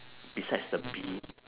besides the bee